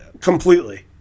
Completely